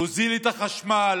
נוזיל את החשמל,